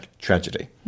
tragedy